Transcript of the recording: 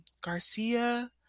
Garcia